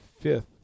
fifth